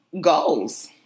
goals